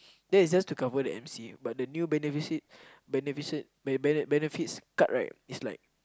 that is just to cover the M_C but the new benefit benefits card right is like